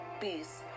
peace